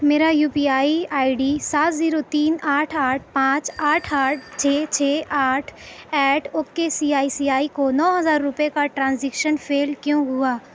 میرا U P I I D سات zero تین آٹھ آٹھ پانچ آٹھ آٹھ چھ چھ آٹھ eight okay C I C I کو نو ہزار روپے کا ٹرانزیکشن فیل کیوں ہوا